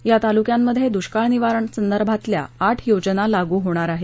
या तालुक्यात दुष्काळ निवारणासंदर्भातल्या आठ योजना लागु होणार आहेत